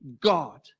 God